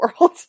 world